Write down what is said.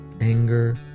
anger